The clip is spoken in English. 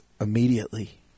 immediately